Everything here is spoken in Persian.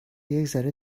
یکذره